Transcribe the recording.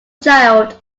child